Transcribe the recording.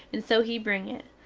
and so he bring it.